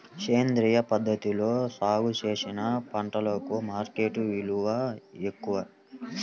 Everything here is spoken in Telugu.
సేంద్రియ పద్ధతిలో సాగు చేసిన పంటలకు మార్కెట్ విలువ ఎక్కువ